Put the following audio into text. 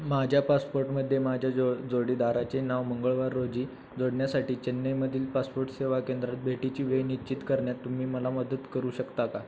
माझ्या पासपोर्टमध्ये माझ्या जो जोडीदाराचे नाव मंगळवार रोजी जोडण्यासाठी चेन्नईमधील पासपोर्ट सेवा केंद्रात भेटीची वेळ निश्चित करण्यात तुम्ही मला मदत करू शकता का